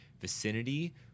vicinity